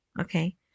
okay